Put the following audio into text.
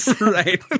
Right